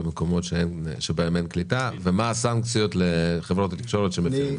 במקומות שבהם אין קליטה ומה הסנקציות לחברות התקשורת שמפרות?